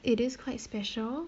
it is quite special